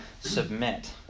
submit